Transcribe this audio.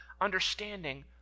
understanding